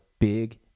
big